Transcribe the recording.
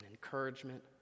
encouragement